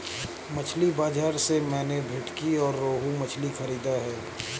मछली बाजार से मैंने भेंटकी और रोहू मछली खरीदा है